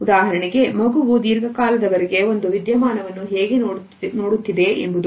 ಉದಾಹರಣೆಗೆ ಮಗುವು ದೀರ್ಘಕಾಲದವರೆಗೆ ಒಂದು ವಿದ್ಯಮಾನವನ್ನು ಹೇಗೆ ನೋಡುತ್ತಿದೆ ಎಂಬುದು